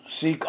seek